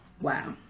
Wow